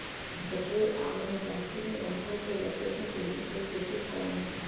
गठरी आवरण प्लास्टिक में गांठों को लपेटने के लिए एक कृषि उपकरण है